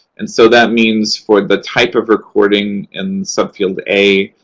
and so that means for the type of recording in subfield a,